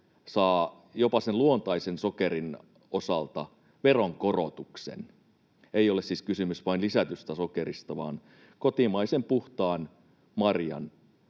saa jopa sen luontaisen sokerin osalta veronkorotuksen. Ei ole siis kysymys vain lisätystä sokerista vaan kotimaisen puhtaan marjan